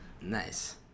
Nice